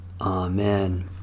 Amen